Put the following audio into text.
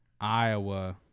Iowa